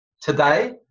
today